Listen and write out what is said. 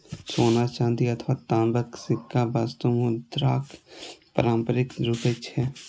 सोना, चांदी अथवा तांबाक सिक्का वस्तु मुद्राक पारंपरिक रूप छियै